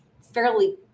fairly